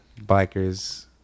bikers